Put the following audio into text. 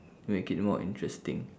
make it more interesting